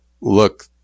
look